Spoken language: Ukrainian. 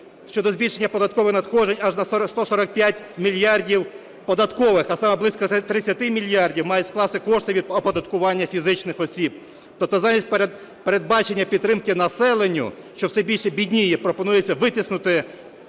щодо збільшення податкових надходжень аж на 145 мільярдів податкових, а саме близько 30 мільярдів мають скласти кошти від оподаткування фізичних осіб. Тобто замість передбачення підтримки населенню, що все більше бідніє, пропонується витиснути